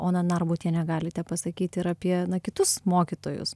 oną narbutienę galite pasakyti ir apie kitus mokytojus